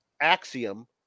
Axiom